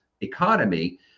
economy